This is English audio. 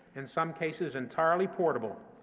in some cases entirely portable,